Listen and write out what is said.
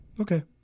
Okay